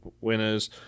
winners